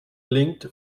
linked